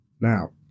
Now